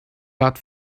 but